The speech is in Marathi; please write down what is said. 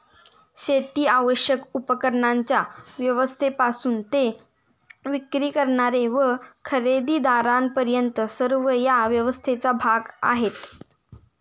शेतीस आवश्यक उपकरणांच्या व्यवस्थेपासून ते विक्री करणारे व खरेदीदारांपर्यंत सर्व या व्यवस्थेचा भाग आहेत